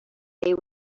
they